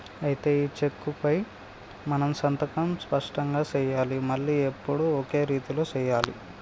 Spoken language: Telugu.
అయితే ఈ చెక్కుపై మనం సంతకం స్పష్టంగా సెయ్యాలి మళ్లీ ఎప్పుడు ఒకే రీతిలో సెయ్యాలి